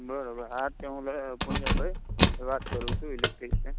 બરોબર હા તો હું પુંજાભાઈ વાત કરું છું ઇલેક્ટ્રિશિયન